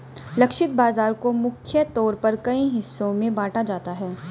लक्षित बाजार को मुख्य तौर पर कई हिस्सों में बांटा जाता है